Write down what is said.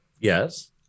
Yes